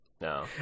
No